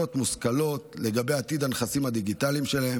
מושכלות לגבי עתיד הנכסים הדיגיטליים שלהם,